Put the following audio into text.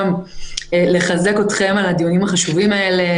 גם לחזק אתכם על הדיונים החשובים האלה,